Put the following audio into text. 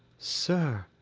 sir!